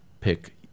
pick